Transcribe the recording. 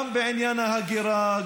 גם בעניין ההגירה,